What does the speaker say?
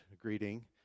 greeting